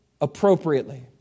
appropriately